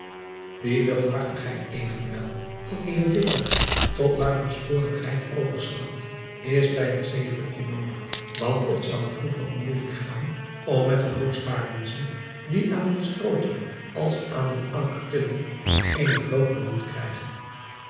ie luchthartigheid evenwel welke hier dikwijls tot buitensporigheid overslaat is bij het zeevolk noodig want het zou droevig moeijelijk gaan om met een hoop zwaarmutsen die aan een strootje als aan een anker tillen eene vloot bemand te krijgen